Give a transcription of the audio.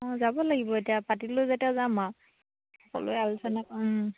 অঁ যাব লাগিব এতিয়া পাতিলোঁ যেতিয়া যাম আও সকলোৱে আলোচনা